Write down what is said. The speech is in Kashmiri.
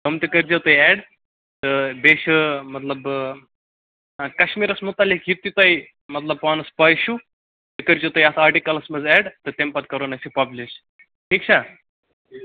تِم تہِ کٔرۍزیو تُہۍ اٮ۪ڈ تہٕ بیٚیہِ چھِ مطلبہٕ کشمیٖرس متعلق یہِ تہِ تۄہہِ مطلب پانَس پَے چھُو تہِ کٔرۍزیو تُہۍ اَتھ آٹِکَلَس منٛز اٮ۪ڈ تہٕ تَمہِ پتہٕ کَرون أسۍ یہِ پبلِش ٹھیٖک چھےٚ